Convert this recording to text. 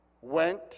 went